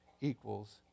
equals